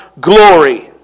glory